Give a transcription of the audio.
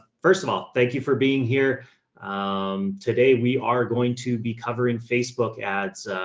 first of all, thank you for being here um, today we are going to be covering facebook ads,